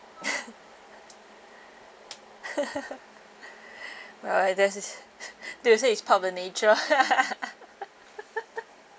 well that's just they will say it's part of the nature